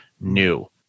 new